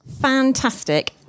Fantastic